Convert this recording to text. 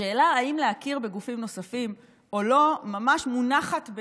השאלה אם להכיר בגופים נוספים או לא מונחת ממש